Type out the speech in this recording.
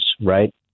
Right